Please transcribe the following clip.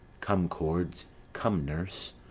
come, cords come, nurse.